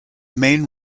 main